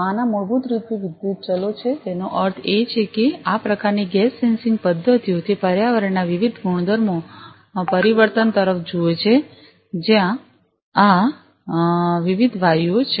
આના મૂળભૂત રૂપે વિદ્યુત ચલો છે તેનો અર્થ એ કે આ પ્રકારની ગેસ સેન્સિંગ પદ્ધતિઓ તે પર્યાવરણના વિદ્યુત ગુણધર્મોમાં પરિવર્તન તરફ જુએ છે જ્યાં આ વિવિધ વાયુઓ છે